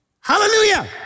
Hallelujah